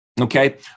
okay